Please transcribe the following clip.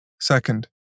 Second